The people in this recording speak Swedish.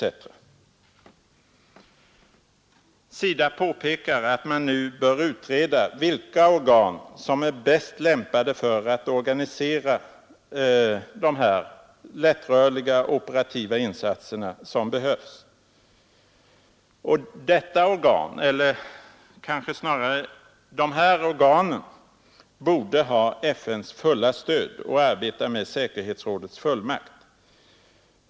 Som SIDA påpekar bör nu utredas vilka organ som är bäst lämpade att organisera de lättrörliga operativa insatser som behövs. Detta organ, eller kanske snarare dessa organ borde ha FNs fulla stöd och arbeta med säkerhetsrådets fullmakt.